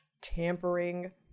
tampering